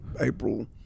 April